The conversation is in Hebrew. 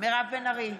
מירב בן ארי,